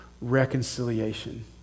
reconciliation